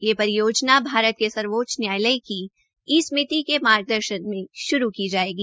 यह परियोजना भारत के सर्वोच्च न्यायालय की ई समिति के मार्गदर्शन में श्रू की जाएगी